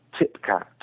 Tipcat